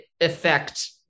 affect